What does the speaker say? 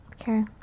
Okay